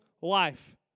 life